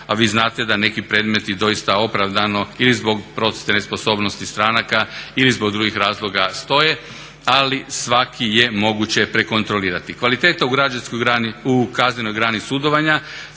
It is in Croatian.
a vi znate da neki predmeti doista opravdano ili zbog procjene nesposobnost stranaka ili zbog drugih razloga stoje, ali svaki je moguće prekontrolirati. Kvaliteta u građanskoj grani, u